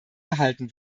erhalten